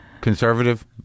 Conservative